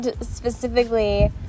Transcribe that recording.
Specifically